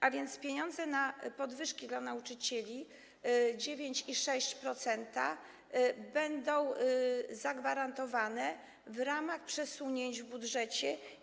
A więc pieniądze na podwyżki dla nauczycieli w wysokości 9,6% będą zagwarantowane w ramach przesunięć w budżecie.